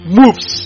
moves